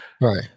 Right